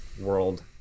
world